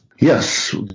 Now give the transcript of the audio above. Yes